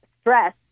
stress